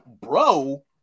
Bro